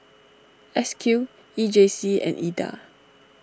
S Q E J C and Ida